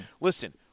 Listen